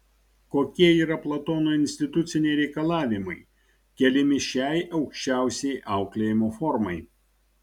kokie yra platono instituciniai reikalavimai keliami šiai aukščiausiai auklėjimo formai